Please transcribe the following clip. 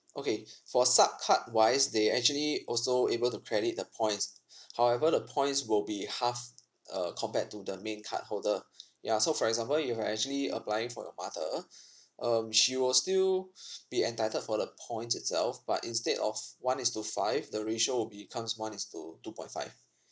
okay for sup card wise they actually also able to credit the points however the points will be half uh compared to the main card holder ya so for example if you're actually applying for your mother um she will still be entitled for the points itself but instead of one is to five the ratio will becomes one is to two point five